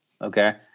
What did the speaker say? Okay